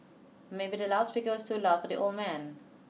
maybe the loud speaker's was too loud for the old man